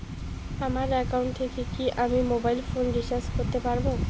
আমার একাউন্ট থেকে কি আমি মোবাইল ফোন রিসার্চ করতে পারবো?